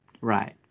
Right